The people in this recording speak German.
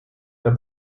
der